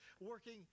working